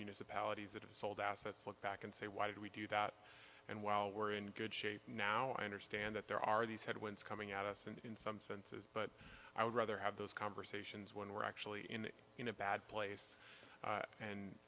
municipalities that have sold assets look back and say why did we do that and while we're in good shape now i understand that there are these headwinds coming at us and in some senses but i would rather have those conversations when we're actually in in a bad place